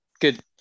good